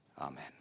amen